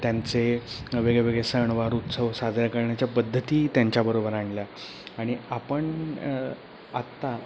त्यांचे वेगळे वेगळे सणवार उत्सव साजऱ्या करण्याच्या पद्धती त्यांच्याबरोबर आणल्या आणि आपण आता